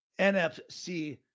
NFC